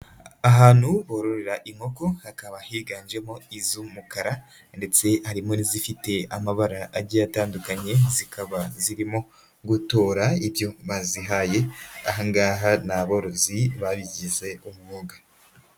Ahantu bororera inkoko hakaba higanjemo iz'umukara ndetse harimo n'izifite amabara agiye atandukanye, zikaba zirimo gutora ibyo bazihaye, aha ngaha ni aborozi babigize umwuga.